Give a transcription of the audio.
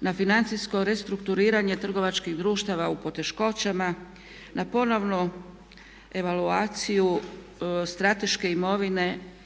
na financijsko restrukturiranje trgovačkih društava u poteškoćama, na ponovnu evaluaciju strateške imovine,